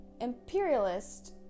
imperialist